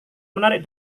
menarik